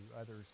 others